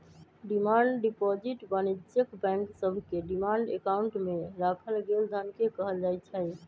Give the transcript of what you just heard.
demand deposit वाणिज्यिक bank सभके demand account में राखल गेल धन के कहल जाइ छै